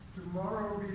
tomorrow